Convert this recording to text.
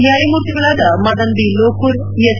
ನ್ಲಾಯಮೂರ್ತಿಗಳಾದ Madan B Lokur S